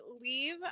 Leave